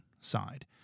side